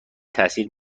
تاثیر